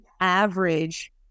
average